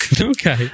Okay